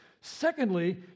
Secondly